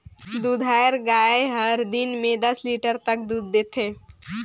दूधाएर गाय हर दिन में दस लीटर तक दूद देथे